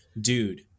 dude